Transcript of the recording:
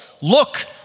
look